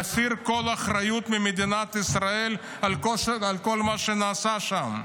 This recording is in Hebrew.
להסיר כל אחריות ממדינת ישראל על כל מה שנעשה שם.